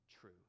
true